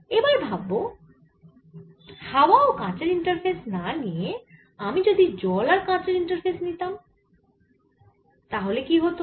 এবার ভাবো হাওয়া ও কাঁচের ইন্টারফেস না নিয়ে আমি যদি জল আর কাঁচের ইন্টারফেস নিতাম তাহলে কি হত